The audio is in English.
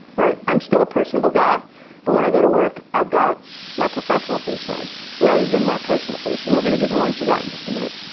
right? i'm still personable guy but when i go to work i've got my professional face on rather than my personal face and we're gonna get more into that in just a minute.